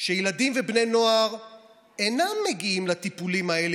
שילדים ובני נוער אינם מגיעים לטיפולים האלה